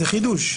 זה חידוש.